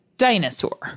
dinosaur